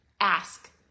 ask